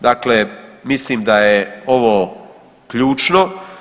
Dakle, mislim da je ovo ključno.